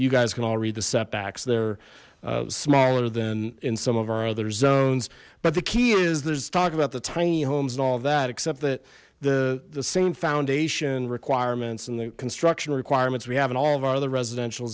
you guys can all read the setbacks they're smaller than in some of our other zones but the key is there's talk about the tiny homes and all of that except that the the same foundation requirements and the construction requirements we have in all of our other residential